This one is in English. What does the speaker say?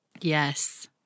Yes